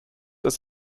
als